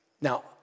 Now